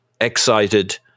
excited